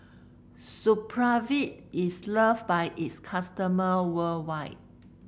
Supravit is loved by its customer worldwide